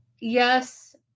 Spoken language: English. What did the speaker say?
yes